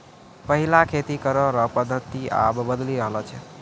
पैहिला खेती करै रो पद्धति आब बदली रहलो छै